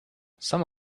some